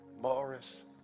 Morris